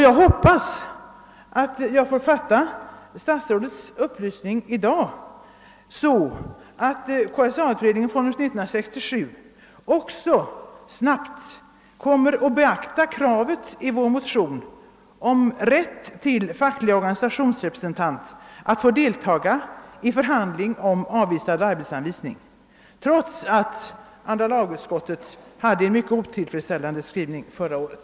Jag hoppas att jag får fatta statsrådets upplysning så, att KSA-utredningen från «1967 snabbt kommer att beakta kravet i vår motion på rätt för facklig organisations representanter att få delta i förhandling om avvisad arbetsanvisning, detta trots andra lagutskottets mycket otillfredsställande skrivning förra året.